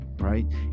Right